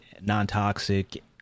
non-toxic